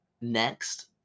next